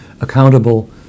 accountable